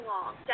Long